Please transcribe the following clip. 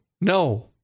No